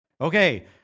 Okay